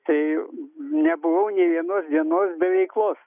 tai nebuvau nė vienos dienos be veiklos